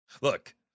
Look